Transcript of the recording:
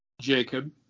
Jacob